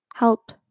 help